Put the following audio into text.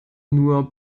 nur